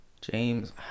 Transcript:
James